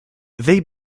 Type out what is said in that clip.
they